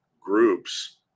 groups